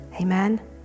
amen